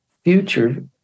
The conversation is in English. future